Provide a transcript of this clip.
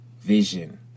vision